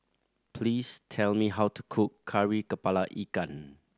please tell me how to cook Kari Kepala Ikan